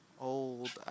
old